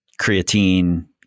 creatine